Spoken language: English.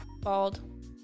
Bald